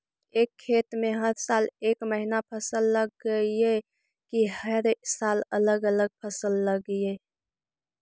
एक खेत में हर साल एक महिना फसल लगगियै कि हर साल अलग अलग फसल लगियै?